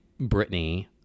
Britney